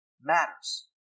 matters